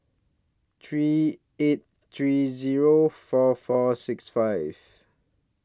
three eight three Zero four four six five